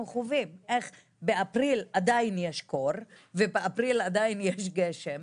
חווים איך באפריל עדיין יש קור ובאפריל עדיין יש גשם,